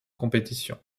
compétition